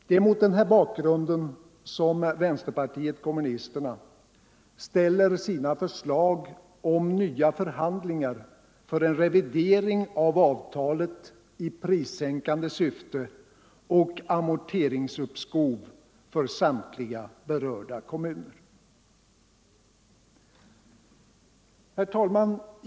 Det är mot denna bakgrund som vänsterpartiet kommunisterna ställer sina förslag om nya förhandlingar för en revidering av avtalet i prissänkande syfte och amorteringsuppskov för samtliga berörda kommuner. Herr talman!